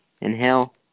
Inhale